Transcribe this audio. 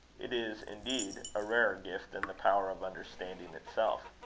it is indeed a rarer gift than the power of understanding itself.